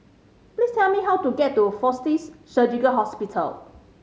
please tell me how to get to Fortis Surgical Hospital